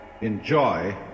enjoy